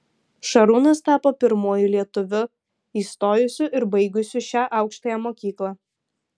šarūnas tapo pirmuoju lietuviu įstojusiu ir baigusiu šią aukštąją mokyklą